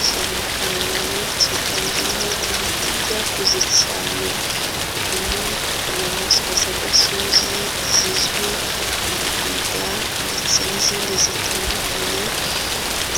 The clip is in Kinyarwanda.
Ishyamba karemano ryiganjemo ibiti byakuze cyane harimo inyamaswa z'agasozi zizwi nka twiga ndetse n'izindi zitandukanye